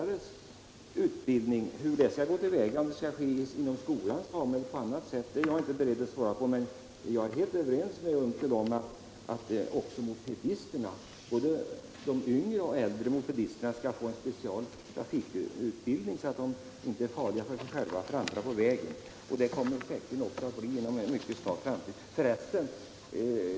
Om utbildningen av mopedförare skall ske inom skolans ram eller på annat sätt är jag inte beredd att svara på. Men jag är överens med Per Unckel om att också mopedisterna, både de yngre och de äldre, skall få trafikutbildning, så att de inte blir farliga för sig själva och andra på vägarna. En sådan utbildning kommer säkerligen till stånd inom en mycket snar framtid.